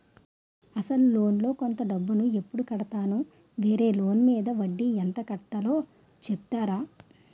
అసలు లోన్ లో కొంత డబ్బు ను ఎప్పుడు కడతాను? వేరే లోన్ మీద వడ్డీ ఎంత కట్తలో చెప్తారా?